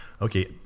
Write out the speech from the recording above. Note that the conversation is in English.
okay